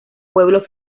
pueblo